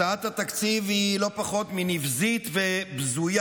הצעת התקציב היא לא פחות מנבזית ובזויה.